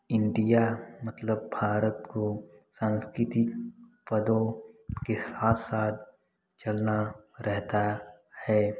India मतलब भारत को सांस्कृतिक पदों के साथ साथ चलना रहता है